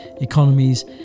economies